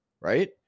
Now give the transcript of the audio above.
right